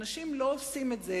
אנשים לא עושים את זה